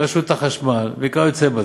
רשות החשמל וכיוצא בזה,